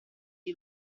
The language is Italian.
gli